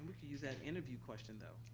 use that interview question, though.